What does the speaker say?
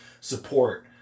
support